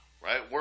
right